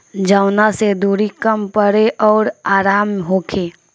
जवना से दुरी कम पड़े अउर आराम होखे